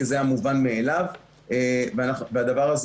כי זה היה מובן מאליו והוא נעשה.